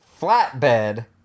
Flatbed